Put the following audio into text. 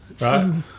right